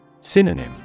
Synonym